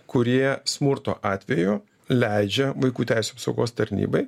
kurie smurto atveju leidžia vaikų teisių apsaugos tarnybai